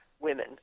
women